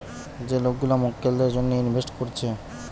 যে লোক গুলা মক্কেলদের জন্যে ইনভেস্ট কোরছে